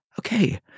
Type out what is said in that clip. okay